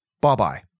bye-bye